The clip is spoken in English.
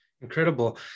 Incredible